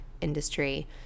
industry